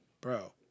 bro